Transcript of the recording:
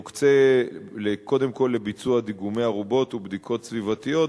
יוקצה קודם כול לביצוע דיגומי ארובות ובדיקות סביבתיות,